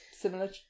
Similar